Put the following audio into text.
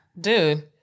dude